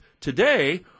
Today